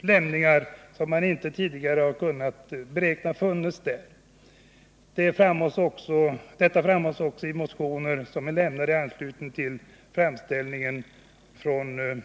delvis sådana som tidigare inte varit kända. Detta framhålls också i motioner som väckts i anslutning till propositionen.